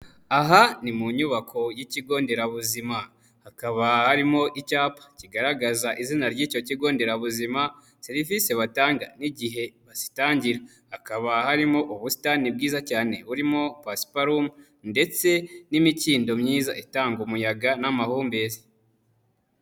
Aha ni mu nyubako y'ikigo nderabuzima hakaba harimo icyapa kigaragaza izina ry'icyo kigo nderabuzima, serivisi batanga n'igihe bazitangira, hakaba harimo ubusitani bwiza cyane burimo pasiparumu ndetse n'imikindo myiza itanga umuyaga n'amahumbezi.